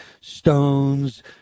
stones